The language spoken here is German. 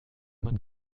man